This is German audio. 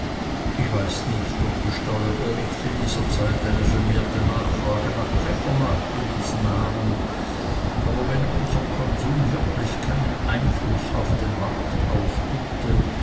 ich weiß nicht ob die steuerberichte dieser zeit eine vermehrte nachfrage nach pfeffer nachgewiesen haben aber wenn unser konsum wirklich keinen einfluß auf den markt ausübte